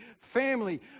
family